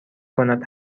کند